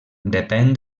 depèn